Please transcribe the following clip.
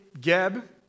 Geb